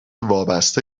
وابسته